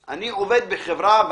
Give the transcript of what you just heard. מה שאדוני אמר: עבירה מאוד חמורה.